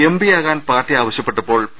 എംപിയാവാൻ party ആവശ്യപ്പെട്ടപ്പോൾ P